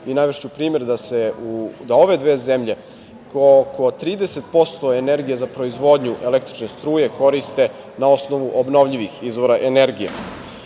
Navešću primer da ove dve zemlje oko 30% energije za proizvodnju električne struje koriste na osnovu obnovljivih izvora energije. Ovaj